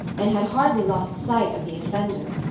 and had hardly lost sight of the offender,